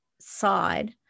side